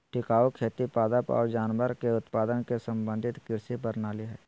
टिकाऊ खेती पादप और जानवर के उत्पादन के समन्वित कृषि प्रणाली हइ